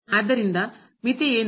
ಆದ್ದರಿಂದ ಮಿತಿ ಏನು